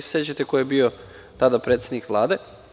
Vi se sećate ko je bio tada predsednik Vlade.